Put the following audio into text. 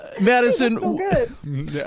Madison